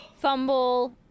fumble